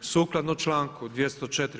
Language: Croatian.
Sukladno članku 204.